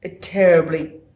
terribly